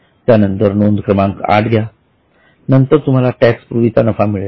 त्यानंतर नोंद क्रमांक आठ घ्या नंतर तुम्हाला टॅक्स पूर्वीचा नफा मिळेल